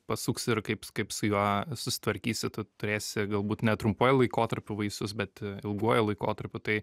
pasuksi ir kaip kaip su juo susitvarkysi tu turėsi galbūt ne trumpuoju laikotarpiu vaisius bet ilguoju laikotarpiu tai